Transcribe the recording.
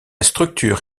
structure